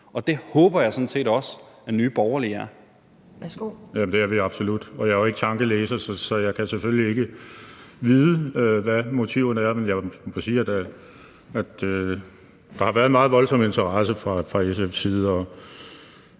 Peter Seier Christensen (NB): Jamen det er vi absolut. Jeg er jo ikke tankelæser, så jeg kan selvfølgelig ikke vide, hvad motiverne er. Men jeg må sige, at der har været en meget voldsom interesse fra SF's side.